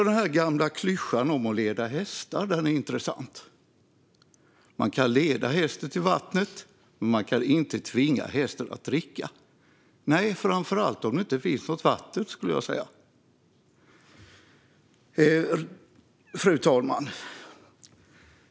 Den gamla klyschan om att leda hästar är intressant. Man kan leda hästen till vattnet, men man kan inte tvinga den att dricka - nej, framför allt inte om det inte finns något vatten. Fru talman!